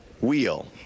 Wheel